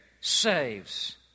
saves